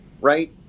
right